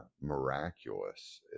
miraculous